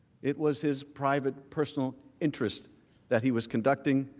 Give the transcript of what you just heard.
it was his private personal interest that he was conducting,